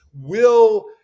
will-